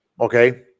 Okay